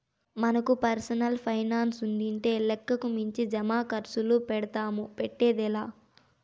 మనకు పర్సనల్ పైనాన్సుండింటే లెక్కకు మించి జమాకర్సులు పెడ్తాము, పెట్టేదే లా